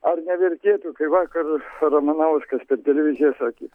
ar nevertėtų kai vakar ramanauskas per televiziją sakė